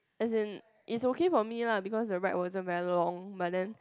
as in is okay for me lah because the ride wasn't very long but then